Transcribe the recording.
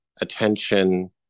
attention